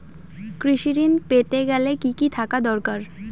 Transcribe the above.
কৃষিঋণ পেতে গেলে কি কি থাকা দরকার?